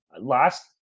Last